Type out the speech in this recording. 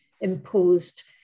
imposed